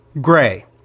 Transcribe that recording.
gray